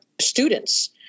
students